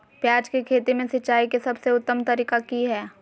प्याज के खेती में सिंचाई के सबसे उत्तम तरीका की है?